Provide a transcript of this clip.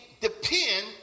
depend